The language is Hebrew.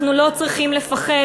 אנחנו לא צריכים לפחד.